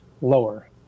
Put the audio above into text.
lower